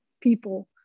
people